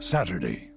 Saturday